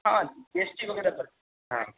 ہاں G S T وغیرہ ہاں